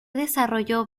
desarrolló